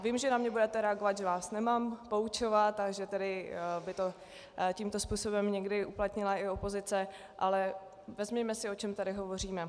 Vím, že na mě budete reagovat, že vás nemám poučovat a že by tedy tímto způsobem to uplatnila i opozice, ale řekněme si, o čem tady hovoříme.